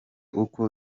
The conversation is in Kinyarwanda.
uko